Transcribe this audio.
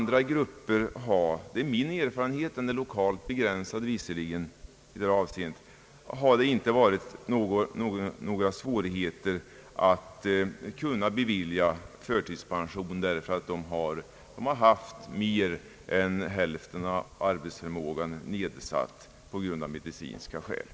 Det har inte heller varit svårt att bevilja förtidspension åt andra grupper därför att de har haft mer än hälften av arbetsförmågan nedsatt av medicinska skäl. Det är min erfarenhet, som visserligen är lokalt begränsad, i detta avseende.